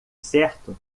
certo